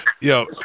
Yo